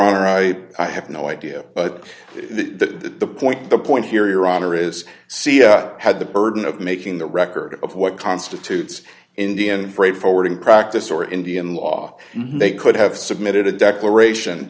honor i have no idea but that the point the point here your honor is see i had the burden of making the record of what constitutes indian freight forwarding practice or indian law they could have submitted a declaration